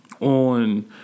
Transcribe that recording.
on